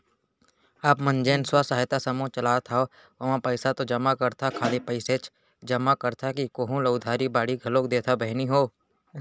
आप मन जेन स्व सहायता समूह चलात हंव ओमा पइसा तो जमा करथा खाली पइसेच जमा करथा कि कोहूँ ल उधारी बाड़ी घलोक देथा बहिनी हो?